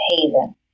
haven